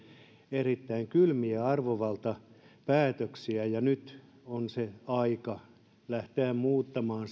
erittäin kylmiä arvovaltapäätöksiä ja nyt on aika lähteä muuttamaan